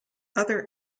other